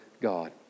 God